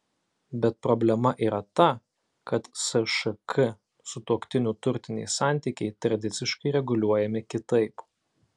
bet problema yra ta kad sšk sutuoktinių turtiniai santykiai tradiciškai reguliuojami kitaip